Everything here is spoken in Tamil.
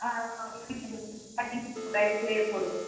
ஆ எங்களுக்கு ஸ்டார்ட்டிங் ப்ரைஸ்ஸே போடு